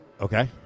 Okay